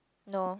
no